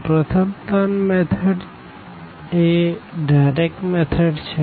તો પ્રથમ ત્રણ મેથડ એ ડાઈરેકટ મેથડ છે